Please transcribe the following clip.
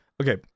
okay